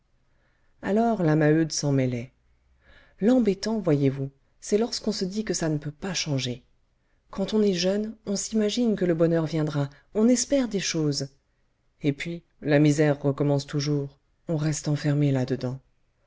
alors la maheude s'en mêlait l'embêtant voyez-vous c'est lorsqu'on se dit que ça ne peut pas changer quand on est jeune on s'imagine que le bonheur viendra on espère des choses et puis la misère recommence toujours on reste enfermé là-dedans